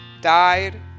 died